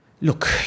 Look